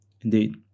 indeed